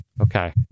Okay